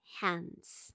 hands